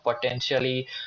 potentially